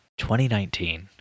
2019